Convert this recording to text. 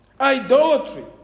idolatry